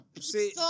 See